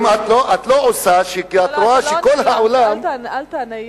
אני לא יודעת מה אתה עושה, אל תענה.